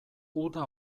uda